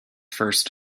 first